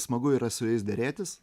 smagu yra su jais derėtis